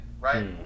right